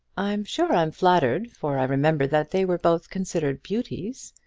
i'm sure i'm flattered, for i remember that they were both considered beauties.